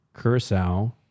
curacao